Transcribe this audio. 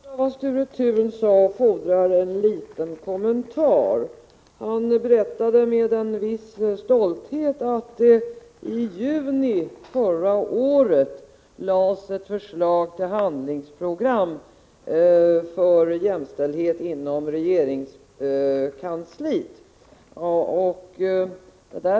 Herr talman! Något av vad Sture Thun sade fordrar en liten kommentar. Han berättade med en viss stolthet att det i juni förra året lades fram ett förslag till handlingsprogram för jämställdhet inom regeringskansliet.